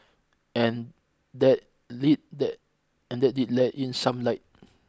and that lead that and that did let in some light